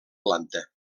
planta